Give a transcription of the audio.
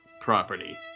property